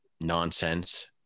nonsense